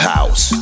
House